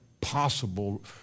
possible